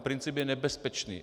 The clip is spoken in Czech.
Princip je nebezpečný.